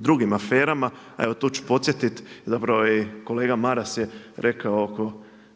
drugim aferama. A evo tu ću podsjetiti, zapravo je i kolega Maras rekao oko